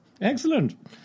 Excellent